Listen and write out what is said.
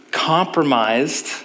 compromised